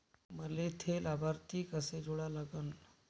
मले थे लाभार्थी कसे जोडा लागन?